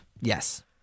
Yes